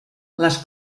les